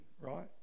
right